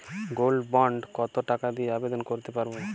Gold bond কত টাকা দিয়ে আবেদন করতে পারবো?